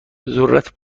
ذرت